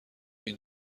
این